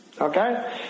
okay